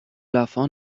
وفا